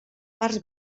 parts